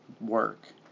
work